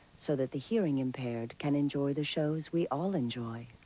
so that the hearing impaired can enjoy the shows we all enjoy.